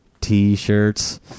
T-shirts